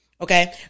Okay